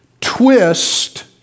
twist